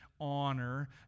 honor